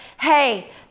hey